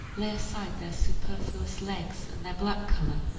lay aside their superfluous legs and their black color,